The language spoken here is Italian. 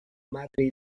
madrid